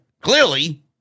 Clearly